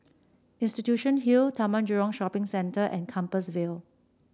Institution Hill Taman Jurong Shopping Center and Compassvale